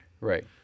right